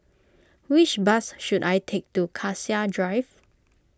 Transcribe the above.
which bus should I take to Cassia Drive